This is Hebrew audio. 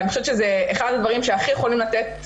אני חושבת שזה אחד הדברים שהכי יכולים לתת